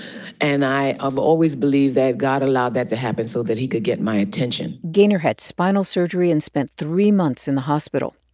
and i i've always believed that god allowed that to happen so that he could get my attention gaynor had spinal surgery and spent three months in the hospital.